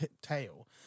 tail